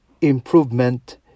improvement